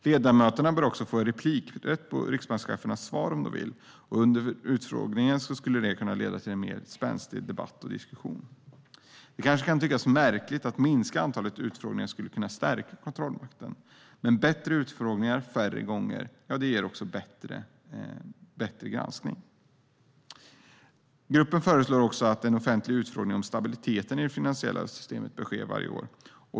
Ledamöterna bör få replikrätt på riksbankschefernas svar om de så vill, vilket skulle kunna leda till en spänstigare debatt och diskussion under utfrågningen. Det kanske kan tyckas märkligt att ett minskat antal utfrågningar skulle kunna stärka kontrollmakten. Men bättre utfrågningar färre gånger ger en bättre granskning. Gruppen föreslår att en offentlig utfrågning om stabiliteten i det finansiella systemet sker varje år.